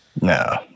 No